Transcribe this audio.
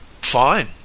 Fine